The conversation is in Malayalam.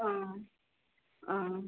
ആ ആ